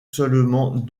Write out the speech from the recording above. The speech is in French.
seulement